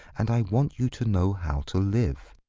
and i want you to know how to live.